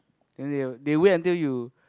then they will they wait until you